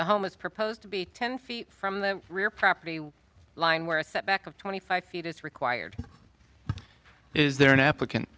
home is proposed to be ten feet from the rear property line where a set back of twenty five feet is required is there an applicant